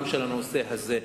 גם של הנושא הזה.